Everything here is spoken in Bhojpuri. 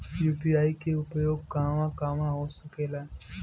यू.पी.आई के उपयोग कहवा कहवा हो सकेला?